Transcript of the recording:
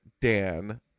Dan